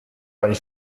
bei